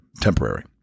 Temporary